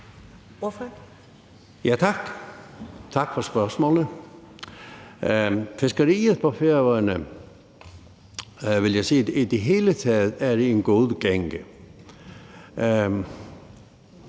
Tak for spørgsmålet. Fiskeriet på Færøerne er i det hele taget inde i en god gænge,